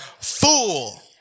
fool